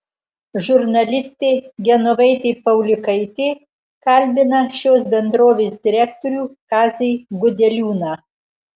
žurnalistė genovaitė paulikaitė kalbina šios bendrovės direktorių kazį gudeliūną